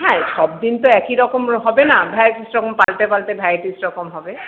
হ্যাঁ সব দিন তো একই রকম হবে না ভ্যারাইটিস রকম পাল্টে পাল্টে ভ্যারাইটিস রকম হবে